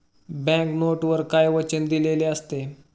Bank नोटवर काय वचन दिलेले असते?